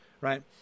right